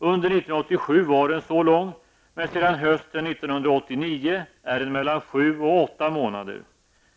Under 1987 var den så lång, men sedan hösten 1989 är den mellan sju och åtta månader.